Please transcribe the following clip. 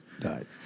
died